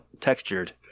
textured